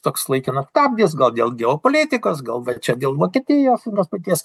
toks laikinas stabdis gal dėl geopolitikos gal va čia dėl vokietijos paties